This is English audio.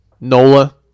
Nola